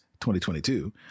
2022